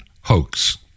hoax